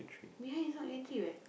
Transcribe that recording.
behind is not gantry what